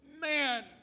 man